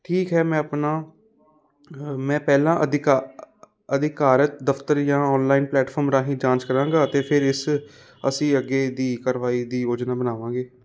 ਠੀਕ ਹੈ ਮੈਂ ਆਪਣਾ ਮੈਂ ਪਹਿਲਾਂ ਅਧਿਕਾ ਅਧਿਕਾਰਿਤ ਦਫਤਰ ਜਾਂ ਔਨਲਾਈਨ ਪਲੈਟਫੋਮ ਰਾਹੀਂ ਜਾਂਚ ਕਰਾਂਗਾ ਅਤੇ ਫੇਰ ਇਸ ਅਸੀਂ ਅੱਗੇ ਦੀ ਕਾਰਵਾਈ ਦੀ ਯੋਜਨਾ ਬਣਾਵਾਂਗੇ